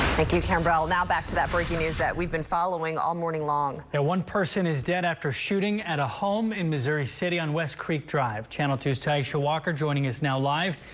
like you can but tell now back to that breaking news that we've been following all morning long and one person is dead after shooting at a home in missouri city on west creek drive channel two's taisha walker joining us now live.